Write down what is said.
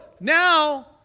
now